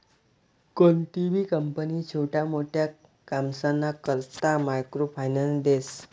कोणतीबी कंपनी छोटा मोटा कामसना करता मायक्रो फायनान्स देस